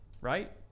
right